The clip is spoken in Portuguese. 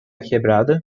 quebrada